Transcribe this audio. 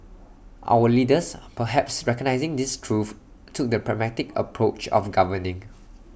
our leaders perhaps recognising this truth took the pragmatic approach of governing